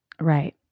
right